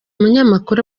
umunyamakuru